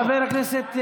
חבר הכנסת מרגי,